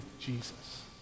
Jesus